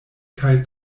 kaj